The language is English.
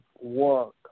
work